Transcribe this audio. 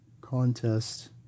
contest